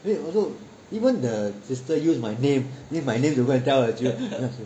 所以我就 even the sister use my name use my name to go and tell the children